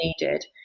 needed